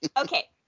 Okay